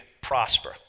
prosper